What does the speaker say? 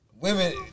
Women